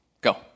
Go